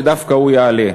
שדווקא הוא יעלה.